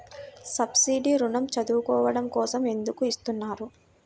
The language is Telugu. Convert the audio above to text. సబ్సీడీ ఋణం చదువుకోవడం కోసం ఎందుకు ఇస్తున్నారు?